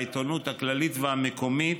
בעיתונות הכללית והמקומית,